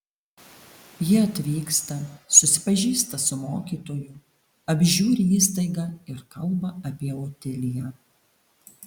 ji atvyksta susipažįsta su mokytoju apžiūri įstaigą ir kalba apie otiliją